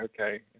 okay